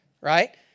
right